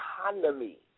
economy